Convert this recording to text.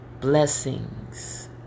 Blessings